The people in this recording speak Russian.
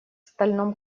стальном